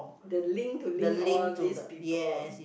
the link to link all these people